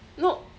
no